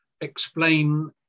explain